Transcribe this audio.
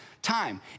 Time